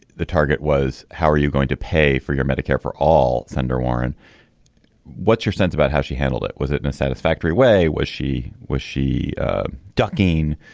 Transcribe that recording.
the target was. how are you going to pay for your medicare for all. senator warren what's your sense about how she handled it. was it in a satisfactory way was she was she ducking.